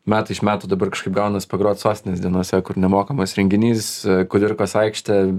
metai iš metų dabar kažkaip gaunas pagrot sostinės dienose kur nemokamas renginys kudirkos aikštė